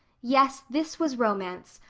yes, this was romance,